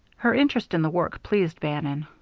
her interest in the work pleased bannon.